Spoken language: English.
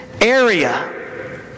area